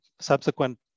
subsequent